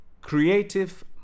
CREATIVE